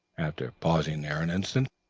after pausing there an instant,